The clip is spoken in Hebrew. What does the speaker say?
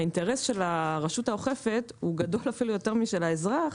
האינטרס של הרשות האוכפת הוא גדול אפילו יותר משל האזרח